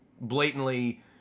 blatantly